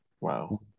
Wow